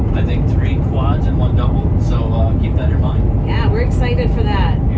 i think three quads and one double, so keep that in mind. yeah, we're excited for that.